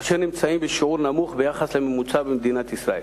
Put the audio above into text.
אשר נמצאים בשיעור נמוך ביחס לממוצע במדינת ישראל.